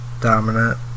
dominant